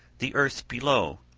the earth below,